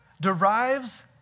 derives